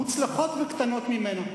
מוצלחות וקטנות ממנה.